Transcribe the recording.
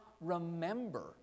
remember